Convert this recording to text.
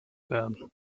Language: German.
werden